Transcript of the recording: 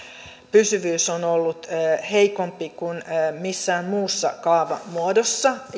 pysyvyys on ollut heikompi kuin missään muussa kaavamuodossa